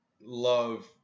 love